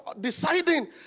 deciding